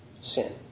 sin